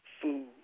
food